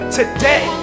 today